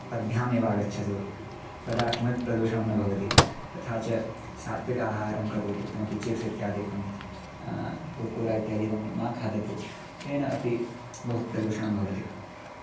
पद्भ्यामेव आगच्छतु तदा किमपि प्रदूषणं न भवति तथा च सात्विक आहारं करोति किमपि चिप्स् इत्यादिकं कुर्कुरा इत्यादिकं मा खादतु तेन अपि बहु प्रदूषणं भवति